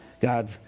God